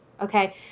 okay